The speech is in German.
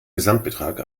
gesamtbetrag